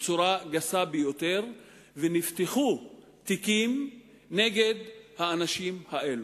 בצורה גסה ביותר ונפתחו תיקים נגד האנשים האלה.